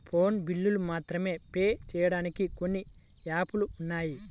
phone బిల్లులు మాత్రమే pay చెయ్యడానికి కొన్ని యాపులు ఉన్నాయి